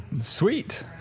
Sweet